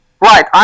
Right